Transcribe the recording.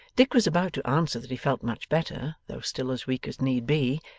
dick was about to answer that he felt much better, though still as weak as need be,